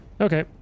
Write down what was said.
Okay